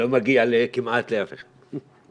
שלא מגיע כמעט לאף אחד.